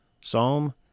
Psalm